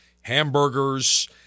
hamburgers